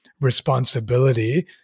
responsibility